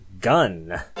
gun